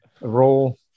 role